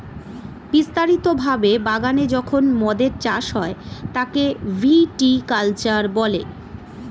বিস্তারিত ভাবে বাগানে যখন মদের চাষ হয় তাকে ভিটি কালচার বলে